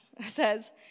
says